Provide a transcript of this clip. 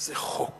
זה חוק